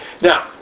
Now